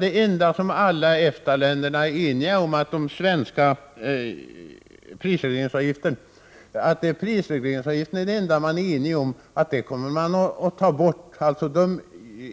Det enda som EFTA-länderna tycks vara eniga om är, att den svenska prisregleringsavgiften skall tas bort. Avgiften